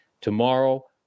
tomorrow